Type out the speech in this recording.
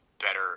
better